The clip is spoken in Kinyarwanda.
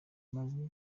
amajwi